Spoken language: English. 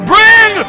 Bring